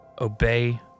obey